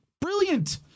brilliant